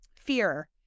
fear